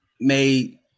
made